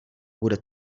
bude